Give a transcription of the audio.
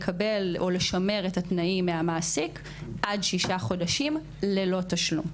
לקבל או לשמר את התנאים מהמעסיק עד שישה חודשים ללא תשלום.